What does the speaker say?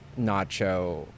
nacho